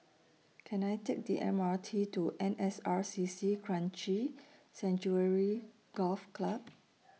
Can I Take The M R T to N S R C C Kranji Sanctuary Golf Club